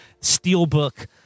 steelbook